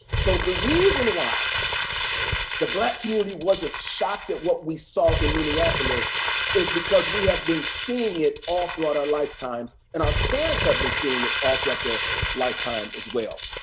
so the reason why the black community wasn't shocked at what we saw in minneapolis is because we have been seeing it all throughout our lifetimes, and our parents have been seeing it all throughout their lifetime as well.